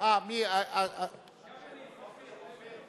אתה יכול לנסוע ברכבת בחינם,